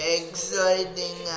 exciting